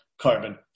carbon